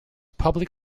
public